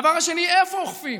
הדבר השני, איפה אוכפים: